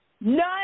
None